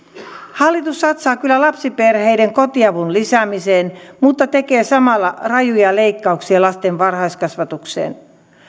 hallitus satsaa kyllä lapsiperheiden kotiavun lisäämiseen mutta tekee samalla rajuja leikkauksia lasten varhaiskasvatukseen